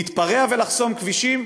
להתפרע ולחסום כבישים,